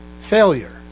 Failure